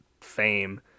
fame